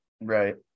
Right